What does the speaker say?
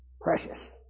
Precious